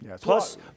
Plus